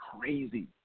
crazy